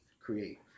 create